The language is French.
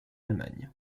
allemagne